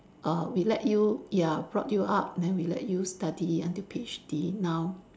err we let you ya brought you up then we let you study until PhD now